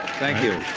thank you.